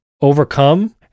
overcome